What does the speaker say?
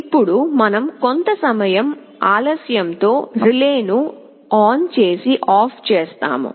ఇప్పుడుమనం కొంత సమయం ఆలస్యంతో రిలే ను ఆన్ చేసి ఆఫ్ చేస్తాము